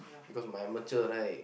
because my amateur right